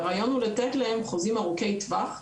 והרעיון הוא לתת להם חוזים ארוכי טווח,